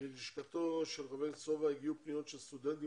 ללשכתו של חה"כ סובה הגיעו פניות של סטודנטים